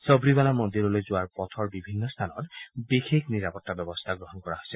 সাবৰিমালা মন্দিৰলৈ যোৱা পথৰ বিভিন্ন স্থানত বিশেষ নিৰাপত্তা ব্যৱস্থা গ্ৰহণ কৰা হৈছে